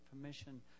permission